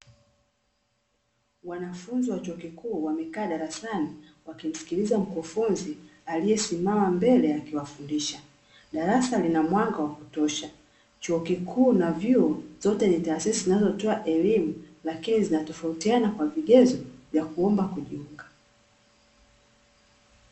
Wanafunzi wa chuo kikuu wamekaa darasani, wakimsikiliza mkufunzi aliyesimama mbele akiwafundisha. Darasa lina mwanga wa kutosha. Chuo kikuu na vyuo vyote ni taasisi zinazotoa elimu, lakini zinatofautiana kwa vigezo vya kuomba kujiunga.